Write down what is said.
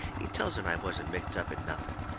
he tells em i wasn't mixed up in nothing.